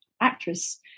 actress